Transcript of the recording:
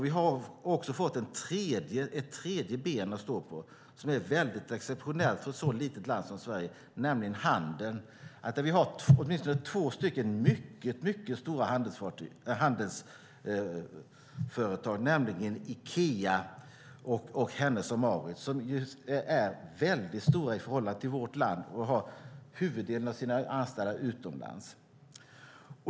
Vi har också fått ett tredje ben att stå på som är exceptionellt för ett litet land som Sverige, nämligen handeln. Vi har åtminstone två mycket stora handelsföretag, nämligen Ikea och Hennes & Mauritz, som är väldigt stora i förhållande till vårt land och har huvuddelen av sina anställda utomlands.